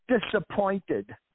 disappointed